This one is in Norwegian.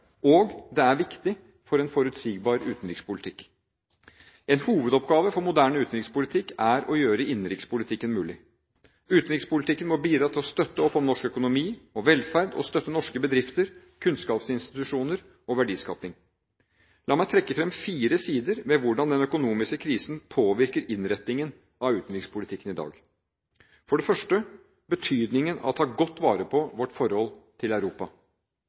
og: Det er viktig for en forutsigbar utenrikspolitikk. En hovedoppgave for moderne utenrikspolitikk er å gjøre innenrikspolitikken mulig. Utenrikspolitikken må bidra til å støtte opp om norsk økonomi og velferd og støtte norske bedrifter, kunnskapsinstitusjoner og verdiskaping. La meg trekke fram fire sider ved hvordan den økonomiske krisen påvirker innretningen av utenrikspolitikken i dag. For det første: Betydningen av å ta godt vare på vårt forhold til Europa.